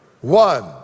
one